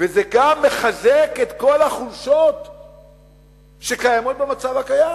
וזה גם מחזק את כל החולשות שקיימות במצב הקיים.